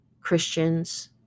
Christians